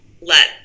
let